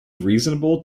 reasonable